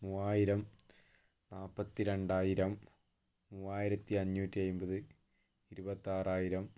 മൂവായിരം നാല്പത്തി രണ്ടായിരം മൂവായിരത്തി അഞ്ഞൂറ്റി അൻപത് ഇരുപത്താറായിരം